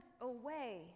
away